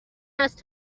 است